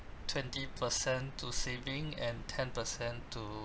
twenty percent to saving and ten percent to